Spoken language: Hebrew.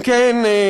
אם כן,